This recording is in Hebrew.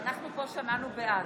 ואנחנו פה שמענו בעד.